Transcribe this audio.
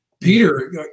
Peter